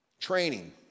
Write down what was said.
training